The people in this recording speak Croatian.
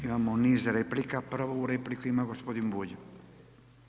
Imamo niz replika, prvu repliku ima gospodin Beljak.